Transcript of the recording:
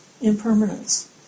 impermanence